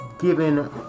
given